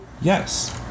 Yes